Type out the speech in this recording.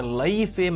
life